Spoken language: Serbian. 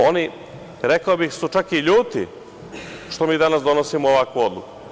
Oni, rekao bih, su čak i ljuti što mi danas donosimo ovakvu odluku.